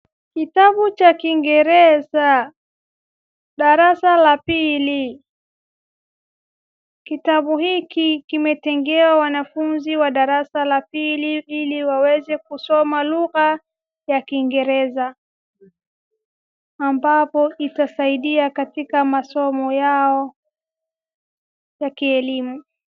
Kitabu cha kiingereza darasa la pili. Kitabu hiki kimetengewa wanafunzi wa darasa la pili ili waweze kusoma lugha ya kiingereza ambapo itasaidia katika masomo yao ya kielimu.